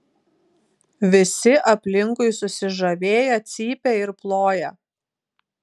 visi aplinkui susižavėję cypia ir ploja